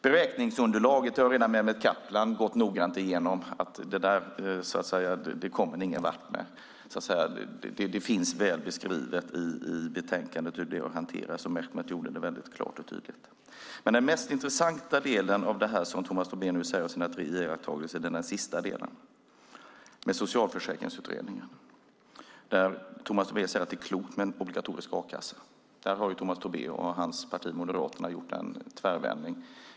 Beräkningsunderlaget har Mehmet Kaplan redan gått noga igenom, så det kommer ni ingen vart med. Det beskrivs väl i betänkandet hur det har hanterats, och Mehmet gjorde det klart och tydligt. Den mest intressanta av Tomas Tobés iakttagelser är den sista om socialförsäkringsutredningen. Tomas Tobé säger att det är klokt med en obligatorisk a-kassa. Där har Moderaterna gjort en tvärvändning.